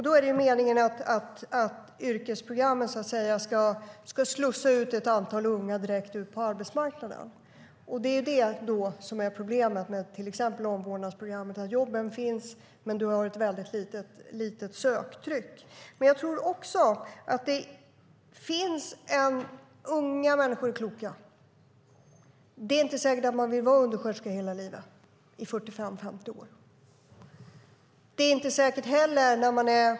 Det är meningen att yrkesprogrammen ska slussa ett antal unga direkt ut på arbetsmarknaden. Det är det som är problemet med till exempel omvårdnadsprogrammet, alltså att jobben finns men söktrycket är litet. Unga människor är kloka. Det är inte säkert att man vill vara undersköterska i 45-50 år.